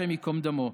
השם ייקום דמו.